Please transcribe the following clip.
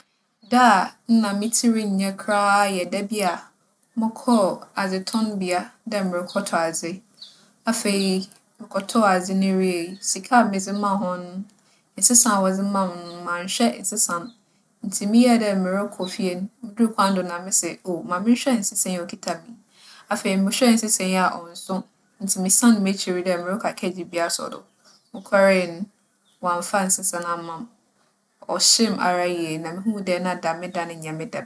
Da a nna me tsir nnyɛ koraa yɛ da bi a mokͻr adzetͻmbea dɛ morokͻtͻ adze. Afei, mokͻtͻͻ adze no wiei, sika a medze maa hͻn no, nsesa a wͻdze maa me no mannhwɛ nsesa no. Ntsi meyɛɛ dɛ morokͻ fie no, mudur kwan do na mese, oh ma menhwɛ nsesa yi a okitsa me yi. Afei mohwɛɛ nsesa yi a ͻnnso. Ntsi mesaan m'ekyir dɛ morokͻ akɛgye bi asͻw do. Mokͻree no, ͻammfa nsesa no ama me. ͻhyee me ara yie na muhun dɛ na dɛm da no nnyɛ me da.